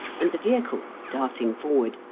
and the vehicle, darting forward,